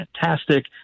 fantastic